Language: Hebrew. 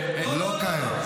לא כעת.